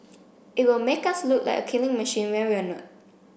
it will make us look like a killing machine when we're not